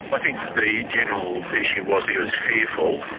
i think the general issue was he was fearful.